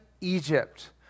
Egypt